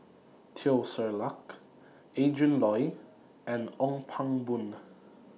Teo Ser Luck Adrin Loi and Ong Pang Boon